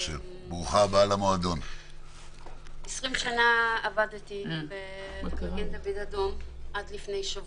20 שנה עבדתי ב"מגן דוד אדום", עד לפני שבוע.